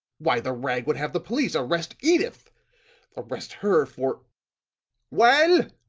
why, the rag would have the police arrest edyth arrest her for well,